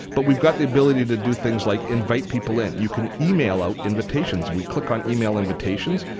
but we've got the ability to do things like invite people in. you can email out invitations. we click on email invitations,